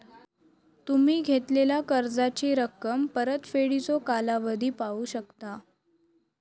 तुम्ही घेतलेला कर्जाची रक्कम, परतफेडीचो कालावधी पाहू शकता